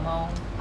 ah